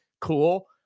cool